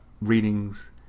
readings